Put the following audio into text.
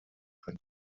könne